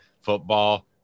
football